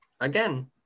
again